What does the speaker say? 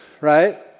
right